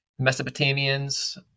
Mesopotamians